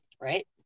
Right